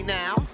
now